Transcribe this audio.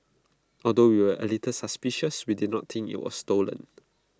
although we were A little suspicious we did not think IT was stolen